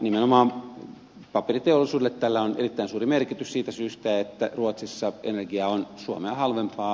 nimenomaan paperiteollisuudelle tällä on erittäin suuri merkitys siitä syystä että ruotsissa energia on suomea halvempaa